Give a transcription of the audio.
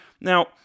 Now